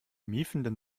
miefenden